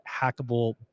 hackable